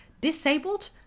disabled